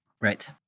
Right